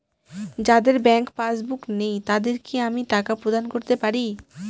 যাদের bank passbook নেই তাদের কি আমি টাকা প্রদান করতে পারি?